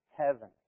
Heaven